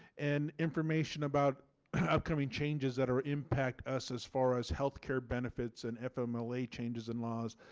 and information about upcoming changes that are impact us as far as health care benefits and fmla changes and laws